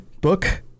book